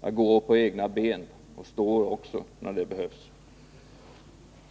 Jag går på egna ben och står också, när det behövs.